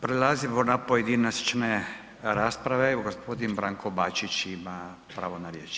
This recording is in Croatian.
Prelazimo na pojedinačne rasprave, evo gospodin Branko Bačić ima pravo na riječ.